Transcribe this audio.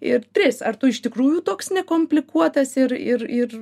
ir tris ar tu iš tikrųjų toks nekomplikuotas ir ir ir